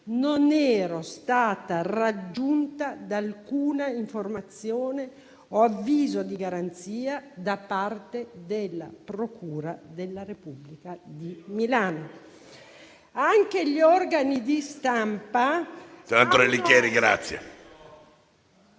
non ero stata raggiunta da alcuna informazione o avviso di garanzia da parte della procura della Repubblica di Milano. *(Commenti).*